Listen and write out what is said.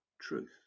truth